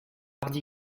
mardi